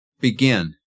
begin